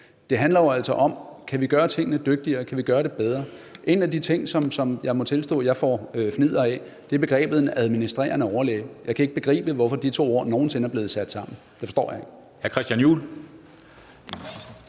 Det handler altså om, om vi kan gøre tingene dygtigere, og om vi kan gøre dem bedre. En af de ting, som jeg må tilstå at jeg får fnidder af, er begrebet en administrerende overlæge. Jeg kan ikke begribe, hvorfor de to ord nogen sinde er blevet sat sammen. Det forstår jeg ikke.